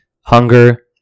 Hunger